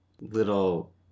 little